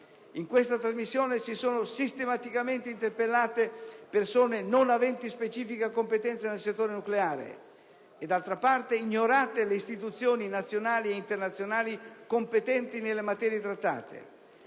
in questa trasmissione si sono sistematicamente interpellate persone non aventi specifica competenza nel settore nucleare e ignorate le istituzioni nazionali e internazionali competenti nelle materie trattate;